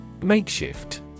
Makeshift